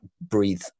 breathe